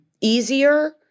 easier